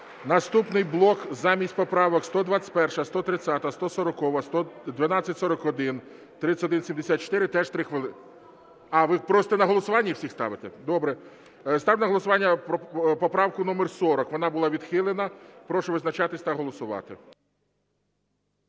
Наступний блок замість поправок 121, 130, 140, 1241, 3174 – теж 3 хвилини. А, ви просто на голосування їх всі ставите? Добре. Ставлю на голосування поправку номер 40. Вона була відхилена. Прошу визначатись та голосувати.